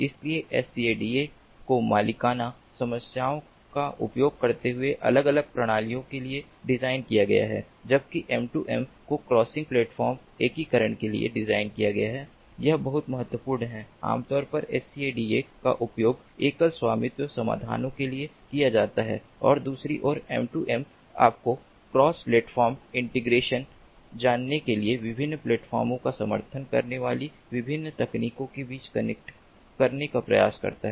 इसलिए SCADA को मालिकाना समाधानों का उपयोग करते हुए अलग अलग प्रणालियों के लिए डिज़ाइन किया गया है जबकि M2M को क्रॉस प्लेटफ़ॉर्म एकीकरण के लिए डिज़ाइन किया गया है यह बहुत महत्वपूर्ण है आमतौर पर SCADA का उपयोग एकल स्वामित्व समाधानों के लिए किया जाता है और दूसरी ओर M2M आपको क्रॉस प्लेटफ़ॉर्म इंटीग्रेटेड जानने के लिए विभिन्न प्लेटफार्मों का समर्थन करने वाली विभिन्न तकनीकों के बीच कनेक्ट करने का प्रयास करता है